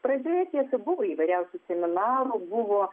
pradžioje tiesa buvo įvairiausių seminarų buvo